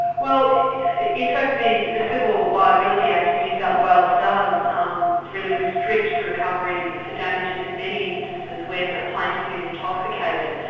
well in fact the the civil liability act in new south wales does um really restrict the recovery for damages in many instances when a plaintiff is intoxicated.